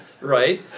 right